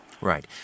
Right